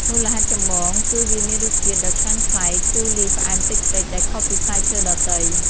មូលហេតុចម្បង គឺ វាមានរសជាតិដ៏ឆ្ងាញ់ប្លែក ជូរលាយផ្អែមតិចៗ ដែលខុសពីផ្លែឈើដទៃ។